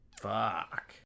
Fuck